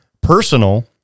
Personal